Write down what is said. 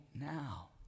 now